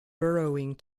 burrowing